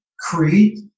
creed